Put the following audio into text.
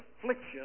affliction